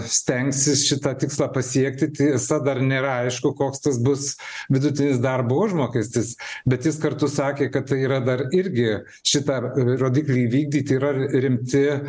stengsis šitą tikslą pasiekti tiesa dar nėra aišku koks tas bus vidutinis darbo užmokestis bet jis kartu sakė kad tai yra dar irgi šitą rodiklį įvykdyti yra rimti